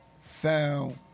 Found